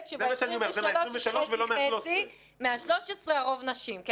מתוך ה-23,000 זה חצי-חצי, מה-13,500 הרוב נשים.